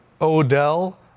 Odell